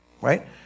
Right